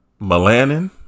Melanin